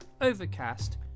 Overcast